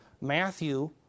Matthew